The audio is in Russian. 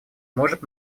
может